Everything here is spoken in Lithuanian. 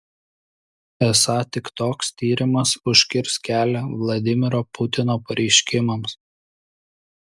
esą tik toks tyrimas užkirs kelią vladimiro putino pareiškimams